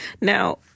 Now